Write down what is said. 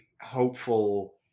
hopeful